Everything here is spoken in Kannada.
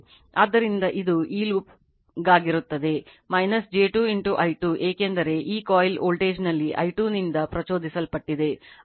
ಆದ್ದರಿಂದ ಇದು ಈ ಲೂಪ್ಗಾಗಿರುತ್ತದೆ j 2 i2 ಏಕೆಂದರೆ ಈ ಕಾಯಿಲ್ ವೋಲ್ಟೇಜ್ನಲ್ಲಿ i2 ನಿಂದ ಪ್ರಚೋದಿಸಲ್ಪಟ್ಟಿದೆ ಅದು j 2 i2 ಆಗುತ್ತದೆ